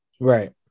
Right